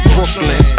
Brooklyn